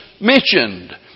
mentioned